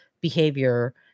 behavior